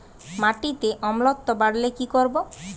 মাটিতে অম্লত্ব বাড়লে কি করব?